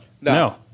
No